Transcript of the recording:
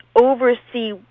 oversee